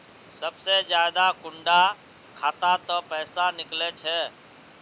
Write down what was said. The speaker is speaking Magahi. सबसे ज्यादा कुंडा खाता त पैसा निकले छे?